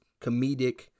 comedic